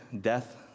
death